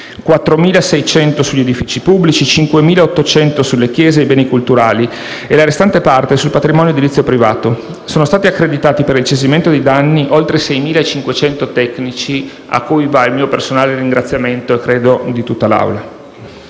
4.600 sugli edifici pubblici, 5.800 sulle chiese e sui beni culturali e la restante parte sul patrimonio edilizio privato. Sono stati accreditati, per il censimento dei danni, oltre 6.500 tecnici, a cui va il mio personale ringraziamento e credo quello di tutta l'Assemblea.